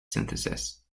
synthesis